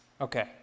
Okay